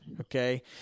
Okay